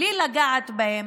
בלי לגעת בהם,